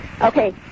Okay